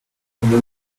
combien